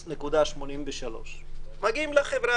0.83. מגיעים לחברה